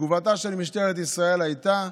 תגובתה של משטרת ישראל הייתה: